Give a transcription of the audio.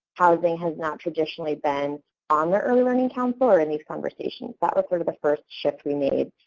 housing has not traditionally been on the early learning council or in these conversations. that was sort of the first shift we made.